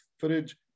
footage